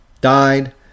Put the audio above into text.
died